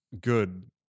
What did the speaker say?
good